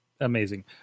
amazing